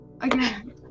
Again